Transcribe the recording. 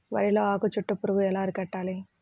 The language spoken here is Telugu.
వరిలో ఆకు చుట్టూ పురుగు ఎలా అరికట్టాలి?